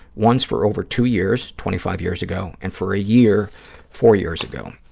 once for over two years twenty five years ago, and for a year four years ago. um